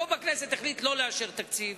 הרוב בכנסת החליט לא לאשר תקציב,